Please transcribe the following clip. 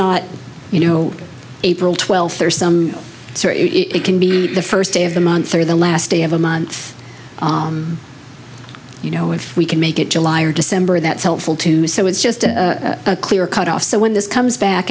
not you know april twelfth or some sort it can be the first day of the month or the last day of a month you know if we can make it july or december that's helpful too so it's just a clear cut off so when this comes back